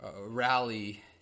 rally